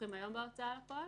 שפותחים היום בהוצאה לפועל,